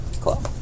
Cool